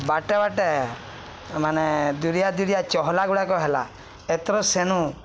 ବାଟେ ବାଟେ ମାନେ ଦୂରିଆ ଦୂରିଆ ଚହଲା ଗୁଡ଼ାକ ହେଲା ଏଥର ସେଣୁ